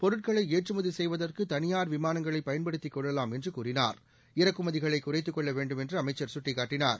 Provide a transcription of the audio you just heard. பொருட்களை ஏற்றுமதி செய்வதற்கு தனியார் விமானங்களைப் பயன்படுத்திக் கொள்ளலாம் என்று கூறினார் இறக்குமதிகளை குறைத்துக் கொள்ளவேண்டும் என்று அமைச்சர் சுட்டிக்காட்டினார்